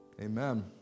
Amen